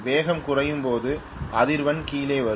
வேகம் குறையும் போது அதிர்வெண் கீழே வரும்